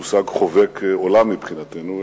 מושג חובק עולם מבחינתנו,